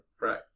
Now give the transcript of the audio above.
right